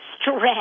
stress